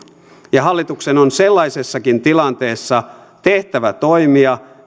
hallituksen on sellaisessakin tilanteessa tehtävä toimia